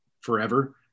forever –